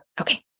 Okay